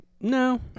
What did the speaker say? No